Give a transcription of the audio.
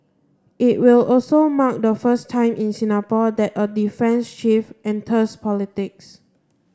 it will also mark the first time in Singapore that a defence chief enters politics